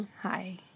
Hi